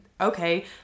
okay